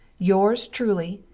yours truly,